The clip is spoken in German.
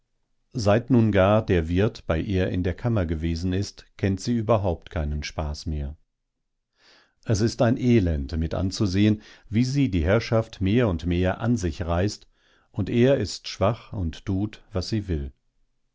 seit nun gar der wirt bei ihr in der kammer gewesen ist kennt sie überhaupt keinen spaß mehr es ist ein elend mitanzusehen wie sie die herrschaft mehr und mehr an sich reißt und er ist schwach und tut was sie will